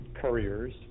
couriers